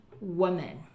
woman